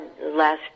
last